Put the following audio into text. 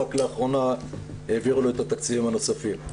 רק לאחרונה העבירו לו את התקציבים הנוספים.